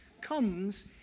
comes